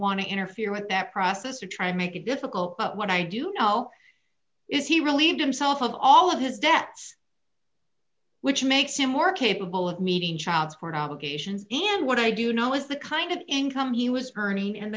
want to interfere with that process or try to make it difficult but what i do know is he relieved him selfe of all of his debts which makes him more capable of meeting child support obligations and what i do know is the kind of income he was earning and